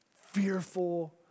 fearful